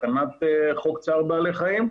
תקנת חוק צער בעלי חיים,